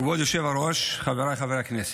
כבוד היושב-ראש, חבריי חברי הכנסת,